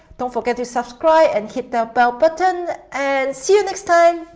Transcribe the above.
don't forget to subscribe and hit that bell button, and see you next time.